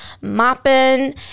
mopping